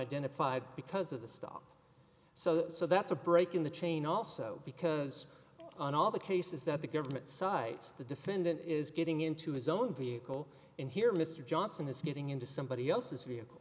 identified because of the stop so that's a break in the chain also because on all the cases that the government sides the defendant is getting into his own vehicle and here mr johnson is getting into somebody else's vehicle